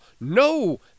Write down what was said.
No